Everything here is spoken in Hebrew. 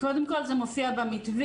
קודם כל זה מופיע במתווים,